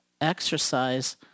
exercise